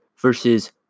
versus